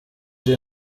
ndi